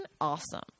awesome